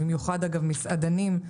במיוחד המסעדנים,